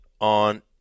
on